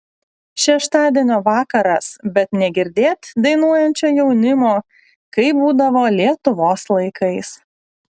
šeštadienio vakaras bet negirdėt dainuojančio jaunimo kaip būdavo lietuvos laikais